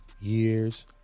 years